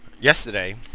yesterday